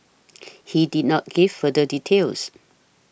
he did not give further details